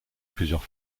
plusieurs